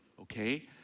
okay